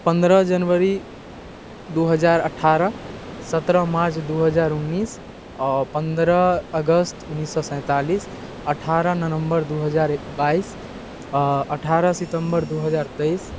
पन्द्रह जनवरी दू हजार अठारह सत्रह मार्च दू हजार उन्नीस आओर पन्द्रह अगस्त उन्नीस सए सैतालिस अठारह नवम्बर दू हजार बाइस आ अठारह सितंबर दू हजार तेइस